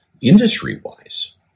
industry-wise